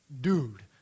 dude